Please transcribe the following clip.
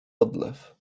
odlew